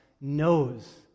knows